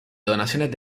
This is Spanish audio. donaciones